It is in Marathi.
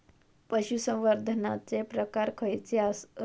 पशुसंवर्धनाचे प्रकार खयचे आसत?